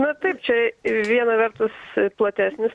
na taip čia viena vertus platesnis